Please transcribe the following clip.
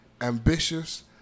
ambitious